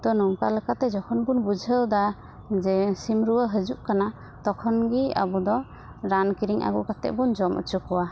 ᱛᱚ ᱱᱚᱝᱠᱟ ᱞᱮᱠᱟᱛᱮ ᱡᱚᱠᱷᱚᱱ ᱜᱮᱢ ᱵᱩᱡᱷᱟᱹᱣ ᱮᱫᱟ ᱡᱮ ᱥᱤᱢ ᱨᱩᱣᱟᱹ ᱦᱟᱡᱩᱜ ᱠᱟᱱᱟ ᱛᱚᱠᱷᱚᱱ ᱜᱤ ᱟᱵᱚᱫᱚ ᱨᱟᱱ ᱠᱤᱨᱤᱧ ᱟᱹᱜᱩ ᱠᱟᱛᱮ ᱵᱚᱱ ᱡᱚᱢ ᱚᱪᱚᱠᱚᱣᱟ